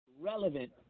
relevant